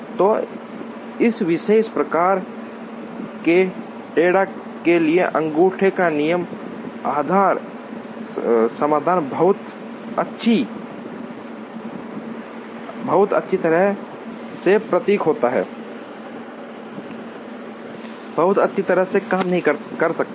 तो इस विशेष प्रकार के डेटा के लिए अंगूठे का नियम आधार समाधान बहुत अच्छी तरह से काम नहीं करता था